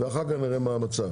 ואחר כך נראה מה המצב.